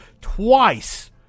twice